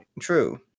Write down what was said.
true